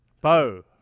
Bo